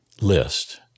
list